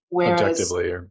objectively